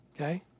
Okay